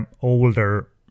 older